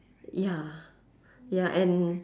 ya ya and